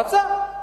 רצה.